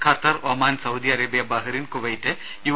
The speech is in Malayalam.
Qatar Oman Saudi Arabia Bahrain Kuwait U